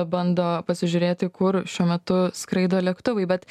bando pasižiūrėti kur šiuo metu skraido lėktuvai bet